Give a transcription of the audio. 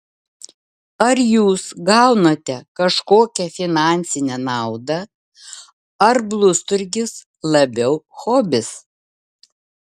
ar jūs gaunate kažkokią finansinę naudą ar blusturgis labiau hobis